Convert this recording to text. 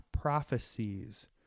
prophecies